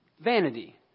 vanity